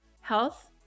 health